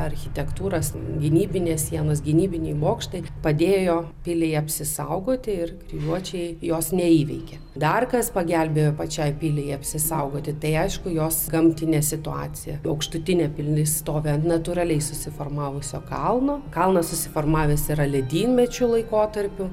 architektūros gynybinės sienos gynybiniai bokštai padėjo piliai apsisaugoti ir kryžiuočiai jos neįveikė dar kas pagelbėjo pačiai piliai apsisaugoti tai aišku jos gamtinė situacija aukštutinė pilis stovi ant natūraliai susiformavusio kalno kalnas susiformavęs yra ledynmečių laikotarpiu